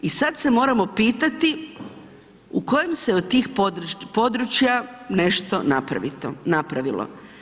I sada se moramo upitati u kojem se od tih područja nešto napravilo?